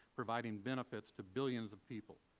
providing benefits to billions of people.